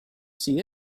see